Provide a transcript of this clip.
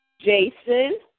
Jason